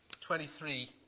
23